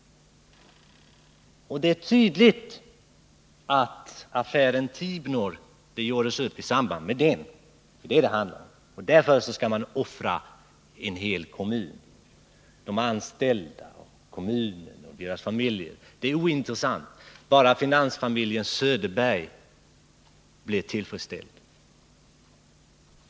Det är tydligt att detta gjordes upp i samband med affären Tibnor. Därför skall man offra en hel kommun. De anställda och deras familjer är ointressanta, bara finansfamiljen Söderberg blir tillfredsställd.